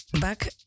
back